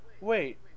Wait